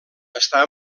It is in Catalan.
està